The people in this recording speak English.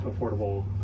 affordable